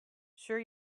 sure